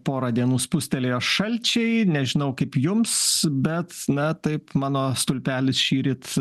porą dienų spustelėjo šalčiai nežinau kaip jums bet na taip mano stulpelis šįryt